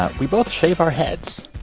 ah we both shave our heads